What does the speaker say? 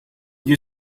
you